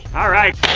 alright!